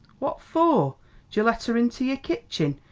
phwat for you let her into your kitchen?